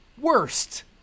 worst